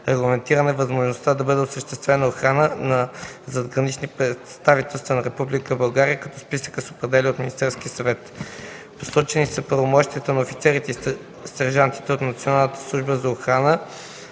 Регламентирана е възможността да бъде осъществявана охрана на задгранични представителства на Република България, като списъкът се определя от Министерския съвет. Посочени са правомощията на офицерите и сержантите от Националната